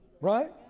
Right